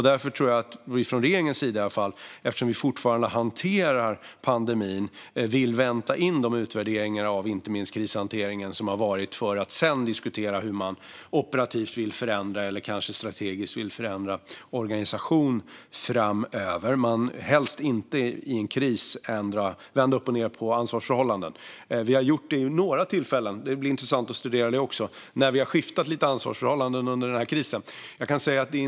Därför tror jag att vi från regeringens sida i varje fall, eftersom vi fortfarande hanterar pandemin, vill vänta in utvärderingar av krishanteringen för att sedan diskutera hur man operativt vill förändra eller kanske strategiskt vill förändra organisation framöver. Man vill helst inte i en kris vända upp och ned på ansvarsförhållanden. Vi har gjort det vid några tillfällen där vi har skiftat lite ansvarsförhållanden under krisen. Det blir intressant att studera det också.